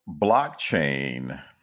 blockchain